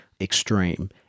extreme